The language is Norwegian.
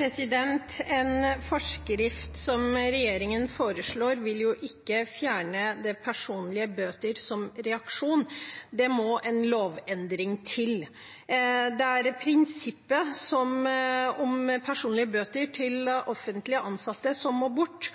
En forskrift som regjeringen foreslår, vil ikke fjerne personlige bøter som reaksjon. Det må en lovendring til. Det er prinsippet om personlige bøter til